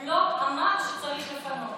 הוא לא אמר שצריך לפנות.